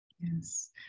Yes